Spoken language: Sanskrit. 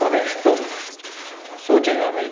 प्रवेष्टुं सूचयामि